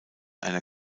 einer